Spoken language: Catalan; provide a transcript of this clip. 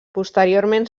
posteriorment